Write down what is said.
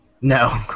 No